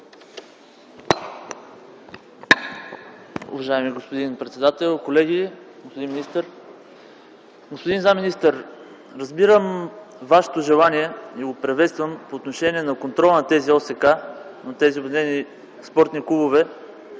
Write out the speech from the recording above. Уважаеми господин председател, колеги, господин министър! Господин заместник-министър, разбирам Вашето желание, и го приветствам, по отношение на контрола на тези Обединени спортни клубове.